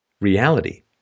reality